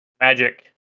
magic